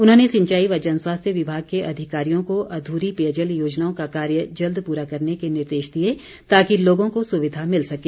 उन्होंने सिचाई व जन स्वास्थ्य विभाग के अधिकारियों को अध्री पेयजल योजनाओं का कार्य जल्द पूरा करने के निर्देश दिए ताकि लोगों को सुविधा मिल सके